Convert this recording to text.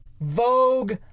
Vogue